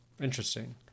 Interesting